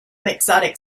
exotic